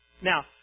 Now